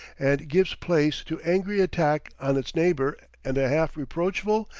and gives place to angry attack on its neighbor and a half-reproachful,